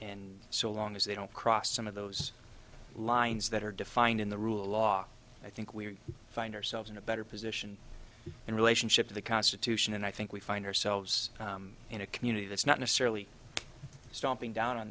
and so long as they don't cross some of those lines that are defined in the rule of law i think we find ourselves in a better position in relationship to the constitution and i think we find ourselves in a community that's not necessarily stomping down on